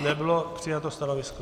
Nebylo přijato stanovisko.